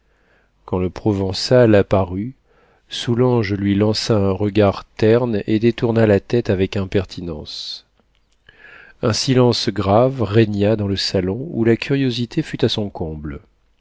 quand le provençal apparut soulanges lui lança un regard terne et détourna la tête avec impertinence un silence grave régna dans le salon où la curiosité fut à son comble